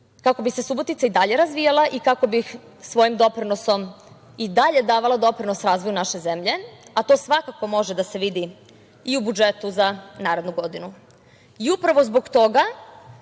kako bi se Subotica i dalje razvijala i kako bi svojim doprinosom i dalje davala doprinos razvoju naše zemlje, a to se svakako može videti i u budžetu za narednu godinu. Upravo zbog toga,